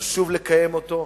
וחשוב לקיים אותה,